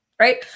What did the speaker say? right